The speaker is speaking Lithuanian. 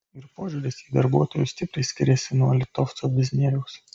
ir požiūris į darbuotojus stipriai skiriasi nuo litovco biznieriaus